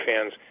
fans